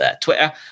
Twitter